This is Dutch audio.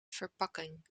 verpakking